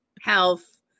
health